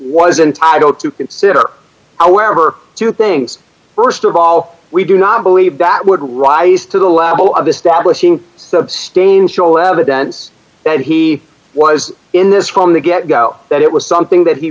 don't to consider however two things st of all we do not believe that would rise to the level of establishing substantial evidence that he was in this from the get go that it was something that he